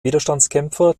widerstandskämpfer